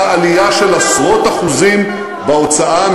הייתה עלייה של עשרות אחוזים בהוצאה,